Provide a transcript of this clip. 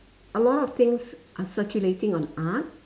a lot of things are circulating on art